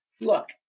Look